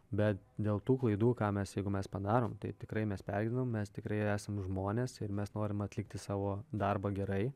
bet dėl tų klaidų ką mes jeigu mes padarom tai tikrai mes pergyvenam mes tikrai esam žmonės ir mes norim atlikti savo darbą gerai